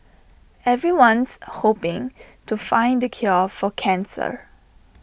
everyone's hoping to find the cure for cancer